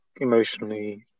emotionally